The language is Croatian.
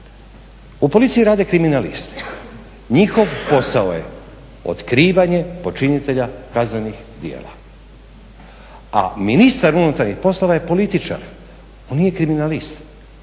U policiji rade kriminalisti. Njihov posao je otkrivanje počinitelja kaznenih djela, a ministar unutarnjih poslova je političar. On nije kriminalist.